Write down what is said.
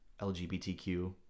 LGBTQ